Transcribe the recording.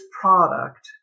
product